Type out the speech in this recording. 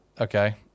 Okay